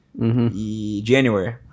January